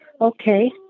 Okay